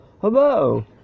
Hello